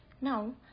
Now